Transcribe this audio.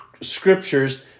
scriptures